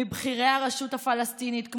מבכירי הרשות הפלסטינית,